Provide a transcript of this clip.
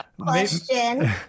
question